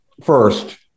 first